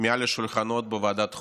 מעל השולחנות בוועדת החוקה.